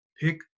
Pick